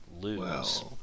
lose